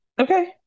Okay